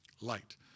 Light